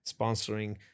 sponsoring